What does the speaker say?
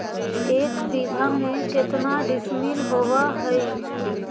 एक बीघा में केतना डिसिमिल होव हइ?